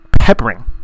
peppering